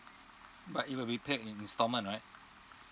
but it will be paid in installment right